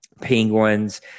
Penguins